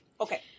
Okay